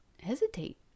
hesitate